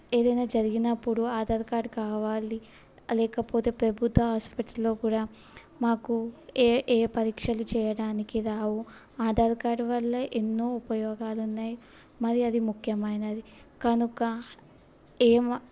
ఏదైనా జరిగినప్పుడు ఆధార్ కార్డ్ కావాలి లేకపోతే ప్రభుత్వ ఆసుపత్రిలో కూడా మాకు ఏ ఏ పరీక్షలు చేయడానికి రావు ఆధార్ కార్డ్ వల్ల ఎన్నో ఉపయోగాలు ఉన్నాయి మరి అది ముఖ్యమైనది కనుక ఏమా